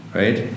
right